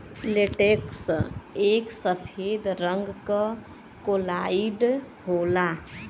latex एक सफेद रंग क कोलाइड होला